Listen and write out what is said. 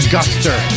Guster